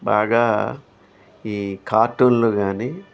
బాగా ఈ కార్టూన్లు కానీ